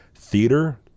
theater